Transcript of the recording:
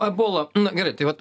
ebola gerai tai vat